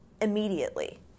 immediately